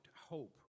hope